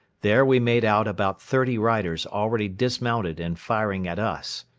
there we made out about thirty riders already dismounted and firing at us.